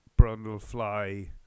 Brundlefly